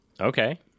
Okay